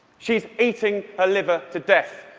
she's eating her liver to death.